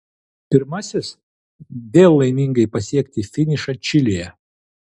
pirmasis vėl laimingai pasiekti finišą čilėje